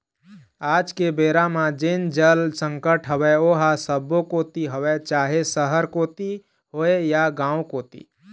आज के बेरा म जेन जल संकट हवय ओहा सब्बो कोती हवय चाहे सहर कोती होय या गाँव कोती